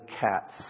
cats